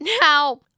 Now